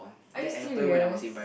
are you serious